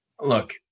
look